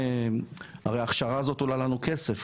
הרי ההכשרה הזאת עולה לנו כסף